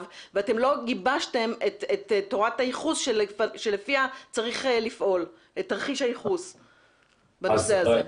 ואתם לא גיבשתם את תורת הייחוס שלפיה צריך לפעול בנושא הזה.